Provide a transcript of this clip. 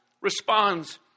responds